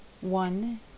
one